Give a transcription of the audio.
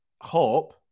hope